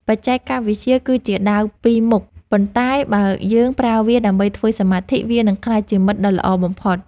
បច្ចេកវិទ្យាគឺជាដាវពីរមុខប៉ុន្តែបើយើងប្រើវាដើម្បីធ្វើសមាធិវានឹងក្លាយជាមិត្តដ៏ល្អបំផុត។